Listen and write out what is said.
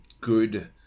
good